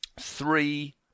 three